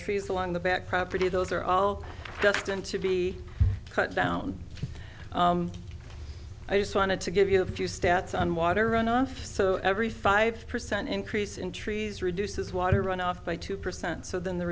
trees on the back property those are all destined to be cut down i just wanted to give you a few stats on water runoff so every five percent increase in trees reduces water runoff by two percent so then the